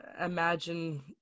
imagine